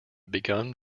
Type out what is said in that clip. begun